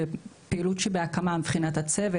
זו פעילות שנמצאת בהקמה מבחינת הצוות,